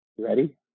Ready